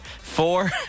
four